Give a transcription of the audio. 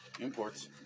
imports